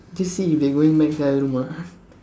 just see if they going Mac's the other room ah